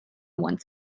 once